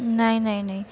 नाही नाही नाही